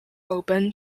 open